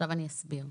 אני אסביר.